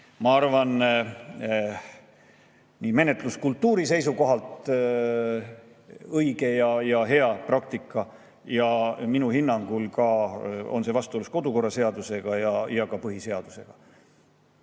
ma arvan, menetluskultuuri seisukohalt õige ja hea praktika ning minu hinnangul on see vastuolus kodukorraseadusega ja ka põhiseadusega.